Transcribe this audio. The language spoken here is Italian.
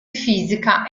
fisica